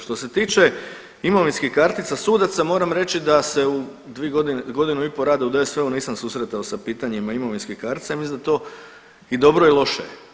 Što se tiče imovinskih kartica sudaca moram reći da se u 2 godine, 1,5 rada u DSV-u nisam susretao sa pitanjima imovinskih kartica i mislim da je to i dobro i loše.